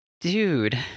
Dude